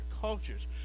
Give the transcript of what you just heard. cultures